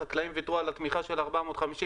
החקלאים ויתרו על התמיכה של ה-450.